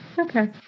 Okay